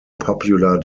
popular